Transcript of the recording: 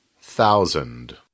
thousand